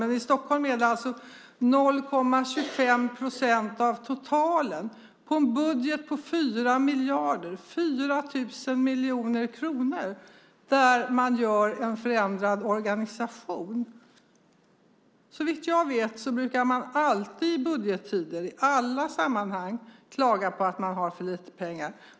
Men i Stockholm är det 0,25 procent av totalen i en budget på 4 miljarder, 4 000 miljoner kronor, när man förändrar organisationen. Såvitt jag vet brukar man alltid i budgettider i alla sammanhang klaga på att man har för lite pengar.